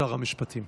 שר המשפטים.